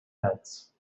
heads